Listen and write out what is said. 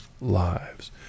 lives